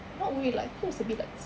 not worried like I think it was a bit like